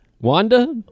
Wanda